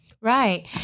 Right